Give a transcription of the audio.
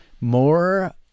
More